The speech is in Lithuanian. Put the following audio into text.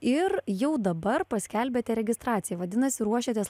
ir jau dabar paskelbėte registraciją vadinasi ruošiatės